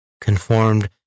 Conformed